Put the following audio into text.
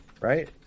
Right